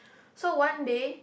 so one day